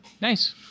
Nice